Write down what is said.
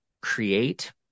create